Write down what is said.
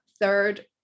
third